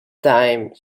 time